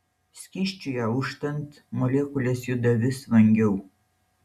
skysčiui auštant molekulės juda vis vangiau